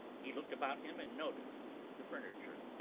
he looked about him and noticed the furniture,